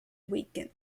weekend